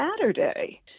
Saturday